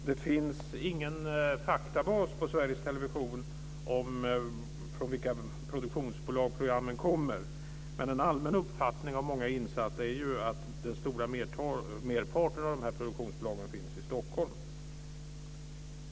Det finns på Sveriges Television inte någon faktabas som visar från vilka produktionsbolag programmen kommer, men en allmän uppfattning hos många insatta är att den stora merparten av de här produktionsbolagen finns i Stockholm.